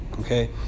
okay